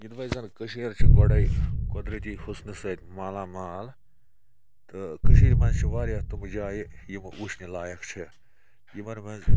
یُد وَے زَن کٔشیٖر چھِ گۄڈَے قۄدرٔتی حُسنہٕ سۭتۍ مالا مال تہٕ کٔشیٖرِ منٛز چھِ واریاہ تٕم جایہِ یِم وُچھنہِ لایق چھِ یِمَن منٛز